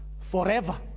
forever